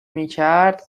میکرد